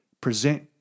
present